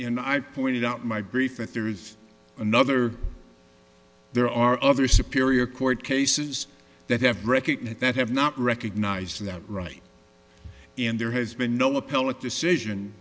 in i pointed out my brief that there is another there are other superior court cases that have recognized that have not recognized that right and there has been no appellate decision